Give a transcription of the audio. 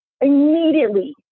Immediately